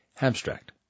Abstract